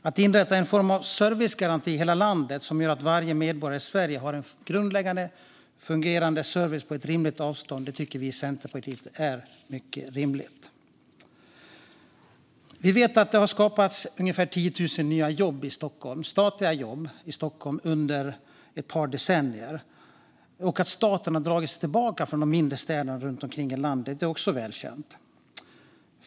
Att inrätta en form av servicegaranti i hela landet som gör att varje medborgare i Sverige har en grundläggande fungerande service på ett rimligt avstånd tycker vi i Centerpartiet är mycket rimligt. Vi vet att det har skapats ungefär 10 000 nya statliga jobb i Stockholm under ett par decennier, och att staten har dragit sig tillbaka från de mindre städerna runt om i landet är också välkänt.